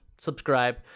subscribe